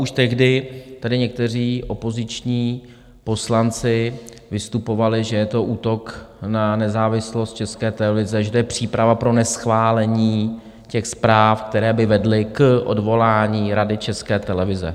A už tehdy tady někteří opoziční poslanci vystupovali, že je to útok na nezávislost České televize, že to je příprava pro neschválení těch zpráv, které by vedly k odvolání Rady České televize.